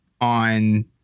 on